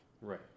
Right